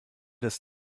das